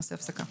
נעשה הפסקה.